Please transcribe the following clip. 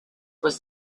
was